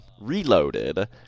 Reloaded